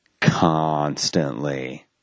constantly